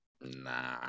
Nah